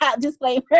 disclaimer